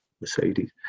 Mercedes